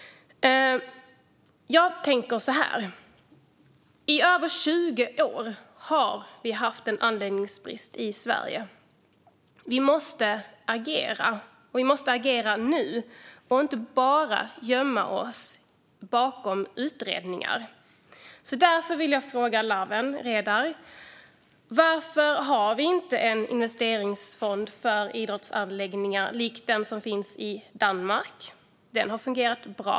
Jag tänker så här. I över 20 år har vi haft en anläggningsbrist i Sverige. Vi måste agera nu och inte bara gömma oss bakom utredningar. Därför vill jag fråga Lawen Redar: Varför har vi inte en investeringsfond för idrottsanläggningar som den som finns i Danmark? Den har fungerat bra.